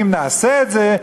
אם נעשה את זה,